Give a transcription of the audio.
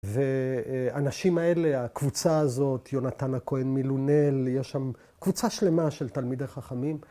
‫ואנשים האלה, הקבוצה הזאת, ‫יונתן הכהן מלונל, ‫יש שם קבוצה שלמה ‫של תלמידי חכמים.